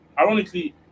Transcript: ironically